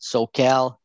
SoCal